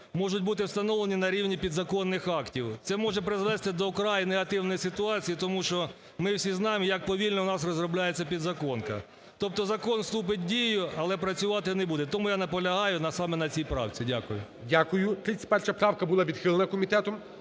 можуть бути встановлені на рівні підзаконних актів. Це може призвести до вкрай негативної ситуації, тому що ми всі знаємо як повільно у нас розробляється підзаконка. Тобто закон вступить в дію, але працювати не буде. Тому я наполягаю саме на цій правці. Дякую. ГОЛОВУЮЧИЙ. Дякую. 31 правка була відхилена комітетом,